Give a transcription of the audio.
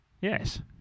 Yes